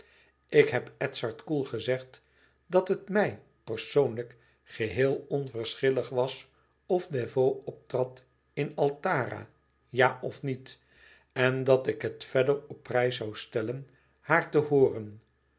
ik heb edzard koel gezegd dat het mij persoonlijk geheel onverschillig was of desvaux optrad in altara ja of niet en dat ik het verder op prijs zoû stellen haar te hooren